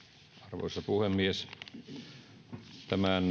arvoisa puhemies tämän